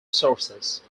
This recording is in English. sources